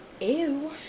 ew